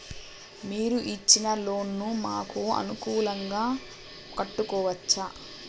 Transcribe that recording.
మీరు ఇచ్చిన లోన్ ను మాకు అనుకూలంగా కట్టుకోవచ్చా?